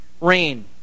rain